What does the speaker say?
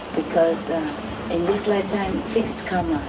because in this lifetime, fixed karma.